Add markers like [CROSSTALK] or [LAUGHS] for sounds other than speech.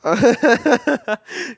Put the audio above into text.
[LAUGHS]